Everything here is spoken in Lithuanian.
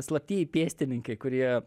slaptieji pėstininkai kurie